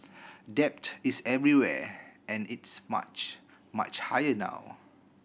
debt is everywhere and it's much much higher now